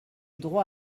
droit